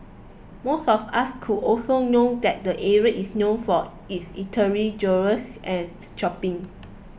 most of us would also know that the area is known for its eatery jewellers and shopping